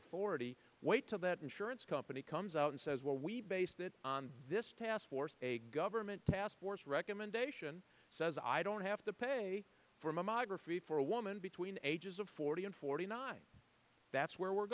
authority wait to that insurance company comes out and says well we based it on this task force a government task force recommendation says i don't have to pay for mammography for a woman between the ages of forty and forty nine that's where we're